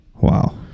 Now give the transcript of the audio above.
Wow